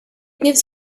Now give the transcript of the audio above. gives